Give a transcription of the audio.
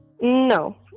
No